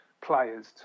players